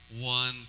one